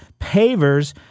pavers